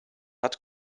hat